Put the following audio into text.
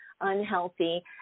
unhealthy